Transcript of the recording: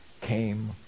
came